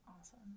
Awesome